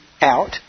out